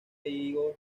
higos